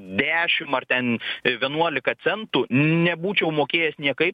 dešim ar ten vienuolika centų nebūčiau mokėjęs niekaip